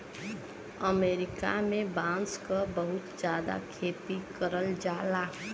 अमरीका में बांस क बहुत जादा खेती करल जाला